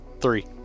Three